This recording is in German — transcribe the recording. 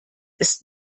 ist